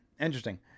Interesting